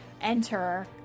enter